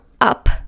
up